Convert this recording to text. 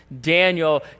Daniel